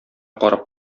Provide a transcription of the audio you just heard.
карап